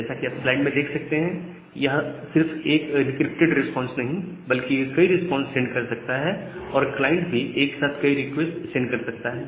जैसा कि आप स्लाइड में देख सकते हैं यह सिर्फ एक इंक्रिप्टेड रिस्पांस नहीं बल्कि कई रिस्पांस सेंड कर सकता है और क्लाइंट भी एक साथ कई रिक्वेस्ट सेंड कर सकता है